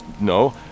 no